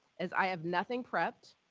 as i have nothing prepped.